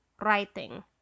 writing